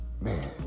man